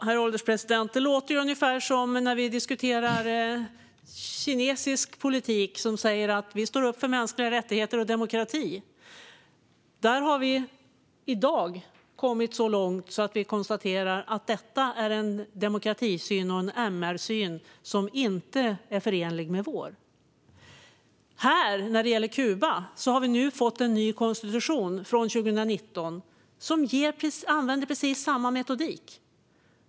Herr ålderspresident! Det låter ungefär som när vi diskuterar kinesisk politik. I Kina säger man: Vi står upp för mänskliga rättigheter och demokrati! För vår del har vi i dag kommit så långt att vi konstaterar att detta är en demokratisyn och en MR-syn som inte är förenlig med vår. Kuba har 2019 antagit en ny konstitution där man använder precis samma metodik.